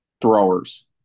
throwers